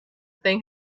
thing